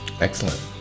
Excellent